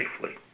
safely